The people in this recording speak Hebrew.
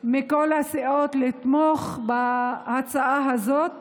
מכל הסיעות לתמוך בהצעה הזאת